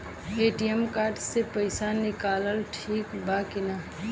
ATM card से पईसा निकालल ठीक बा की ना?